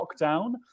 lockdown